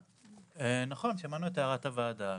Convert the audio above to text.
שמענו את הערת הוועדה,